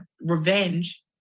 revenge